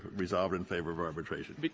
resolved in favor of arbitration.